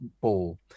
ball